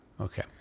Okay